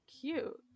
cute